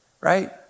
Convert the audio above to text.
right